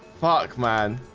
fuck man,